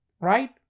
right